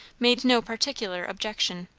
made no particular objection.